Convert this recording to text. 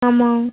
ஆமாம்